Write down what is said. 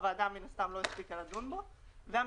הוועדה עוד לא הספיקה לדון בנוסח וכבר